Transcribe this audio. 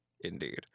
Indeed